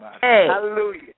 hallelujah